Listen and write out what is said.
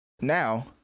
Now